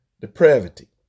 Depravity